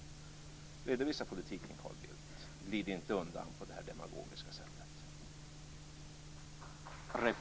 Redovisa politiken, Carl Bildt! Glid inte undan på det här demagogiska sättet!